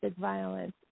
violence